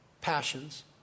passions